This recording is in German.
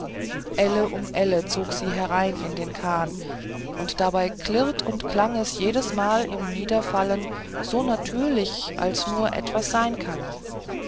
elle um elle zog sie herein in den kahn und dabei klirrt und klang es jedesmal im niederfallen so natürlich als nur etwas sein kann